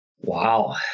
Wow